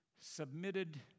submitted